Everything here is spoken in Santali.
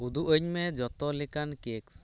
ᱩᱫᱩᱜ ᱟᱹᱧ ᱢᱮ ᱡᱷᱚᱛᱚ ᱞᱮᱠᱟᱱ ᱠᱮᱠᱥ